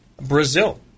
Brazil